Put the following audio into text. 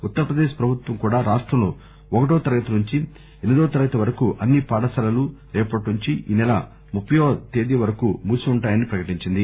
ఉత్తర్ ప్రదేశ్ ప్రభుత్వం కూడా రాష్టంలో ఒకటో తరగతి నుంచి ఎనిమిదివ తరగతి వరకు అన్ని పాఠశాలలు రేపటి నుంచి ఈనెల ముప్పె ఒకటి వ తేదీ వరకు మూసి ఉంటాయని ప్రకటించింది